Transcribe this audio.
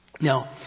Now